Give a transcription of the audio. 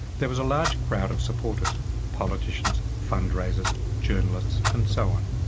there was a large crowd of supporters politicians, fund raisers, journalists and so on.